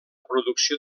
producció